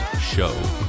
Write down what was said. Show